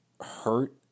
hurt